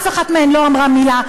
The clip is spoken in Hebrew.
אף אחת מהן לא אמרה מילה,